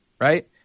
Right